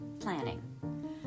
planning